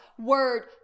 word